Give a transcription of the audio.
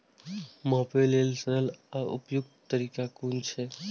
मापे लेल सरल आर उपयुक्त तरीका कुन छै?